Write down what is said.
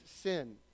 sin